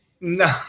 No